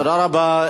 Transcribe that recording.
תודה רבה.